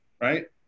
right